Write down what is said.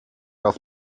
auf